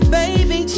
baby